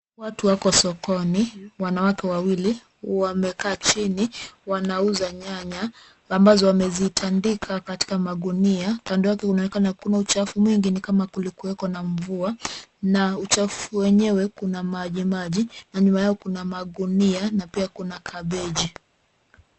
Watu wako sokoni wanawake wawili wamekaa chini wanauza nyanya ambazo wamezitandika katika gunia. Kando yake inaonekana kuna uchafu mwingi ni kama kulikuweko na mvua na uchafu wenyewe kuna maji maji na nyuma yao kuna magunia na pia kuna kabeji.